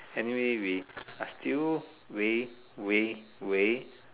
anyway we are still way way way